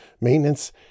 maintenance